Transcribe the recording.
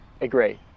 Agree